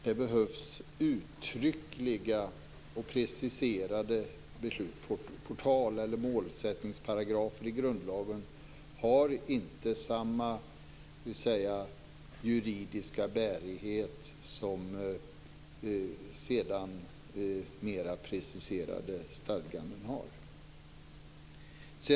Det behövs uttryckliga och preciserade beslut. Portal eller målsättningsparagrafer i grundlagen har inte samma juridiska bärighet som mera preciserade stadganden har.